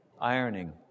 ironing